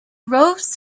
rose